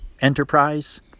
enterprise